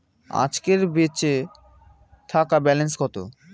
আজকের বেচে থাকা ব্যালেন্স কত?